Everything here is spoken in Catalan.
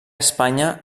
espanya